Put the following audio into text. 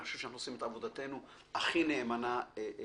אני חושב שאנחנו עושים את עבודתנו הכי נאמנה שיש.